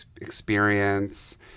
experience